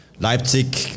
Leipzig